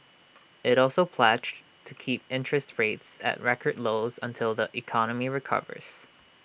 IT also pledged to keep interest rates at record lows until the economy recovers